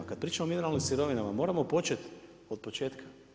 Kad pričamo o mineralnim sirovinama moramo počet od početka.